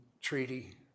Treaty